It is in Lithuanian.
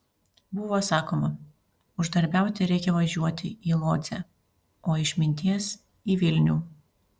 buvo sakoma uždarbiauti reikia važiuoti į lodzę o išminties į vilnių